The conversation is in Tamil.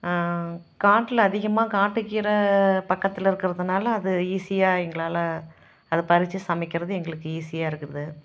காட்டில் அதிகமாக காட்டு கீரை பக்கத்தில் இருக்கறதுனால் அது ஈஸியாக எங்களால் அதை பறித்து சமைக்கின்றது எங்களுக்கு ஈஸியாக இருக்குது